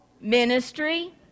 Ministry